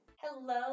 Hello